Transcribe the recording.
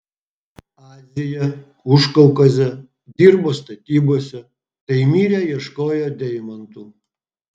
aziją užkaukazę dirbo statybose taimyre ieškojo deimantų